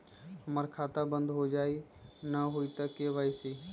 हमर खाता बंद होजाई न हुई त के.वाई.सी?